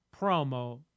promo